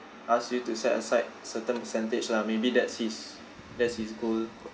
ask you to set aside certain percentage lah maybe that's his that's his goal